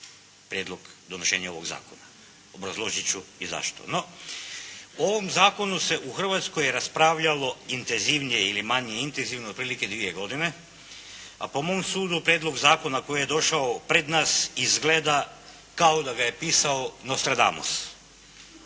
prijedlog donošenja ovog zakona. Obrazložit ću i zašto. No, o ovom zakonu se u Hrvatskoj raspravljalo intenzivnije ili manje intenzivno otprilike dvije godine a po mom sudu prijedlog zakona koji je došao pred nas izgleda kao da ga je pisao Nostradamus.